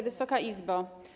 Wysoka Izbo!